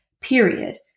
period